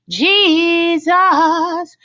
jesus